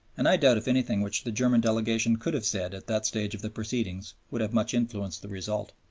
and i doubt if anything which the german delegation could have said at that stage of the proceedings would have much influenced the result.